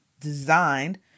designed